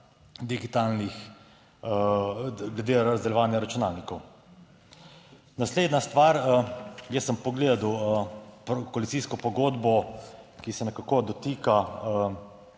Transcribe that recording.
digitalnih glede razdeljevanja računalnikov. Naslednja stvar. Jaz sem pogledal koalicijsko pogodbo, ki se nekako dotika